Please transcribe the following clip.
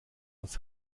aus